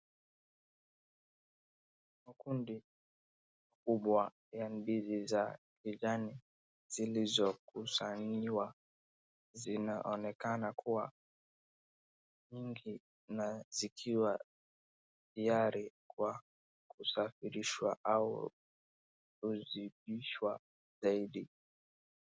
Makundi kubwa ya ndizi za kijani zilizokusanywa zinaonekana kuwa nyingi na zikiwa tayari kwa kusafirishwa au kuzibishwa zaidi.